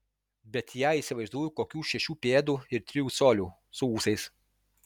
bet ją įsivaizduoju kokių šešių pėdų ir trijų colių su ūsais